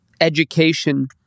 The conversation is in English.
education